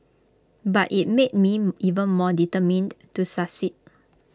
but IT made me even more determined to succeed